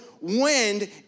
wind